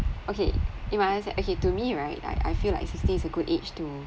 okay if I understand okay to me right I I feel like sixteen is a good age to